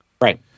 right